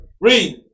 Read